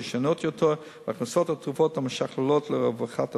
ישנות יותר והכנסת התרופות המשוכללות לרווחת הציבור.